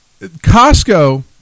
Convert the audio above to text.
Costco